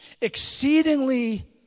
exceedingly